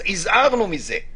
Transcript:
הזהרנו מפני זה.